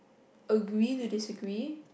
agree to disagree